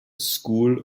school